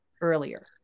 earlier